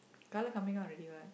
colour coming out already what